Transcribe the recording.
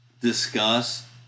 discuss